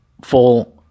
full